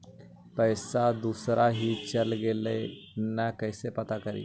पैसा दुसरा ही चल गेलै की न कैसे पता करि?